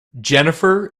jennifer